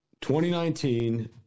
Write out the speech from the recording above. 2019